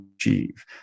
achieve